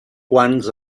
quants